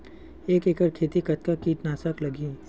एक एकड़ खेती कतका किट नाशक लगही?